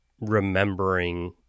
remembering